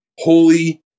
holy